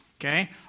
Okay